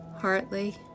Hartley